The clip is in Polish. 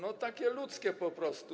To takie ludzkie po prostu.